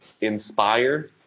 inspire